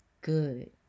good